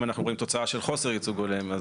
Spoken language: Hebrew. אם אנחנו רואים תוצאה של חוסר ייצוג הולם,